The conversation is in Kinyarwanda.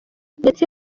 ndetse